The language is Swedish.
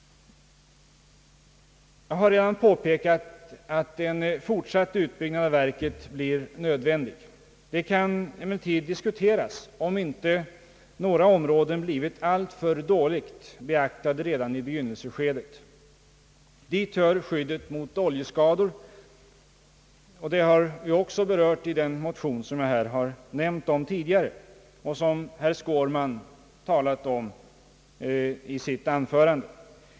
Jag har redan påpekat att en fortsatt utbyggnad av verket blir nödvändig. Det kan emellertid diskuteras om inte någ ra områden blivit alltför dåligt beaktade redan i begynnelseskedet. Dit hör skyddet mot oljeskador, som vi berört i vår motion och som herr Skårman talat om här tidigare.